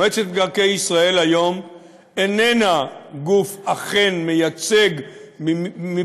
מועצת מקרקעי ישראל היום אכן איננה גוף מייצג מבחינת